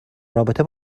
رابطه